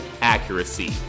accuracy